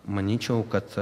manyčiau kad